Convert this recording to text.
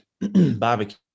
barbecue